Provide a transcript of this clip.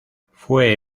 fue